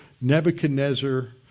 Nebuchadnezzar